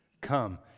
come